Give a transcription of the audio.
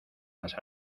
las